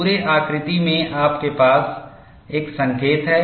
उस पूरे आकृति में आपके पास एक संकेत है